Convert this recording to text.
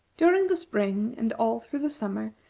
during the spring, and all through the summer,